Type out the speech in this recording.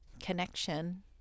Connection